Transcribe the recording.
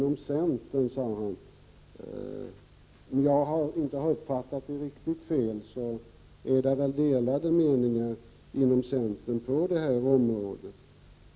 Om jag inte har uppfattat det fel råder det delade meningar inom centern på det här området.